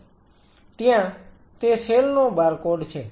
ત્યાં તે સેલ નો બારકોડ છે